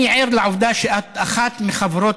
אני ער לעובדה שאת אחת מחברות,